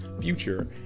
future